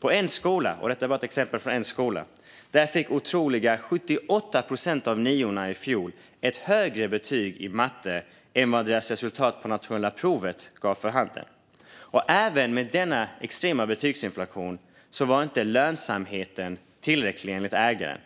På en skola - detta är ett exempel från bara en skola - fick otroliga 78 procent av niorna i fjol ett högre betyg i matte än vad deras resultat på nationella provet gav för handen. Även med denna extrema betygsinflation var inte lönsamheten tillräcklig, enligt ägaren.